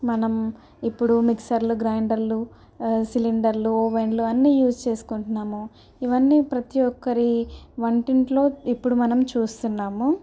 మనం ఇప్పుడు మిక్సర్లు గ్రైండర్లు సిలిండర్లు ఓవెన్లు అన్నీ యూజ్ చేసుకుంటున్నాము ఇవన్నీ ప్రతీ ఒక్కరి వంటింట్లో ఇప్పుడు మనం చూస్తున్నాము